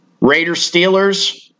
Raiders-Steelers